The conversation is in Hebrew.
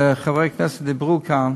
דיברו כאן,